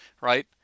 right